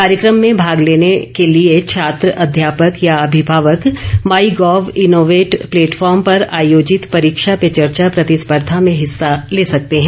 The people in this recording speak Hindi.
कार्यक्रम में भाग लेने के लिए छात्र अध्यापक या अभिभावक माई गोव इनोवेट प्लेटफार्म पर आयोजित परीक्षा पे चर्चा प्रतिस्पर्धा में हिस्सा ले सकते हैं